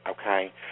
okay